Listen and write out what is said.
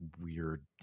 weird